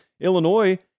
Illinois